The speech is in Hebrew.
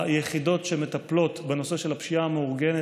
היחידות שמטפלות בנושא של הפשיעה המאורגנת,